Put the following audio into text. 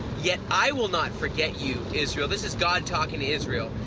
yet i will not forget you israel. this is god talking to israel.